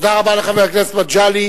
תודה רבה לחבר הכנסת מגלי.